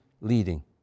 leading